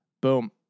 boom